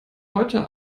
heute